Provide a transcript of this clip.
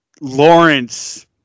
Lawrence